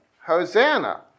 Hosanna